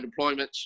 deployments